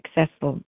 successful